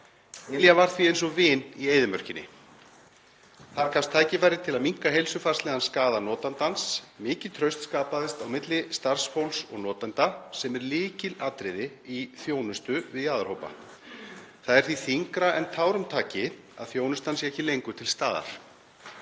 Ylja var því eins og vin í eyðimörkinni. Þar gafst tækifæri til að minnka heilsufarslegan skaða notandans. Mikið traust skapaðist á milli starfsfólks og notenda sem er lykilatriði í þjónustu við jaðarhópa. Það er því þyngra en tárum taki að þjónustan sé ekki lengur til staðar.